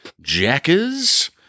Jackers